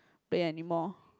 play anymore